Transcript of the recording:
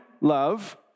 love